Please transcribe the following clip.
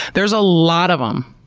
there's a lot of them,